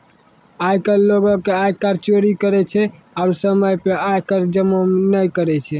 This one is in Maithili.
आइ काल्हि लोगें आयकर चोरी करै छै आरु समय पे आय कर जमो नै करै छै